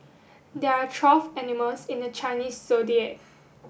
there are twelve animals in the Chinese Zodiac